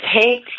take